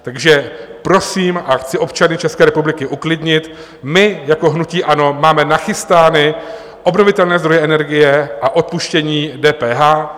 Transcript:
Takže prosím a chci občany České republiky uklidnit, my jako hnutí ANO máme nachystány obnovitelné zdroje energie a odpuštění DPH.